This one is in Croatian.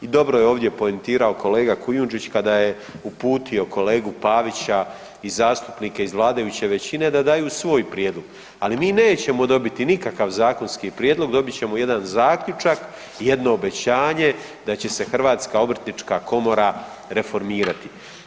I dobro je ovdje poentirao kolega Kujundžić kada je uputio kolegu Pavića i zastupnike iz vladajuće većine da daju svoj prijedlog, ali mi nećemo dobiti nikakav zakonski prijedlog, dobit ćemo jedan zaključak i jedno obećanje da će se HOK reformirati.